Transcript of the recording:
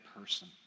person